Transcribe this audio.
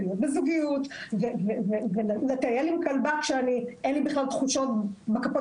לקיים זוגיות ולטייל עם כלבה כשאין לי בכלל תחושות בכפות